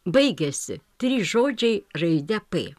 baigiasi trys žodžiai raide p